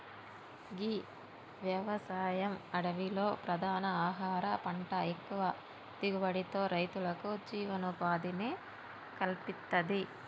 గీ వ్యవసాయం అడవిలో ప్రధాన ఆహార పంట ఎక్కువ దిగుబడితో రైతులకు జీవనోపాధిని కల్పిత్తది